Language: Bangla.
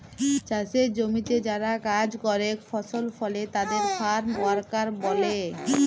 চাসের জমিতে যারা কাজ করেক ফসল ফলে তাদের ফার্ম ওয়ার্কার ব্যলে